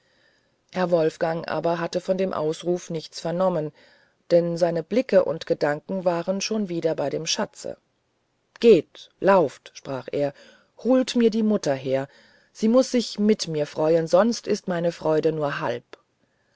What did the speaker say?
herr wolfgang aber hatte von dem ausrufe nichts vernommen denn seine blicke und gedanken waren schon wieder bei dem schatze geht lauft sprach er holt mir die mutter her sie muß sich mit mir freuen sonst ist meine freude nur halb